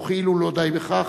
וכאילו לא די בכך,